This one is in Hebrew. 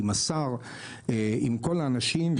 עם השר ועם כל האנשים,